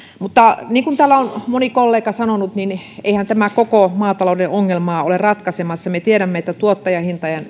mutta niin kuin täällä on moni kollega sanonut eihän tämä koko maatalouden ongelmaa ole ratkaisemassa me tiedämme että tuottajahintojen